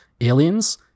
aliens